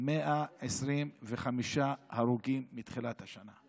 125 הרוגים מתחילת השנה.